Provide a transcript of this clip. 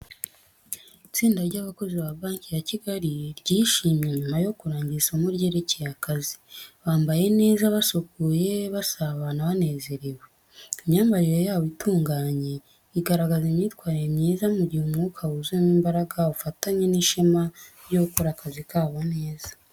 Itsinda ry’abakozi ba Banki ya Kigali ryishimye nyuma yo kurangiza isomo ryerekeye akazi. Bambaye neza, basukuye, basabana banezerewe. Imyambarire yabo itunganye igaragaza imyitwarire myiza, mu gihe umwuka wuzuyemo imbaraga, ubufatanye, n’ishema ryo gukora akazi kabo neza.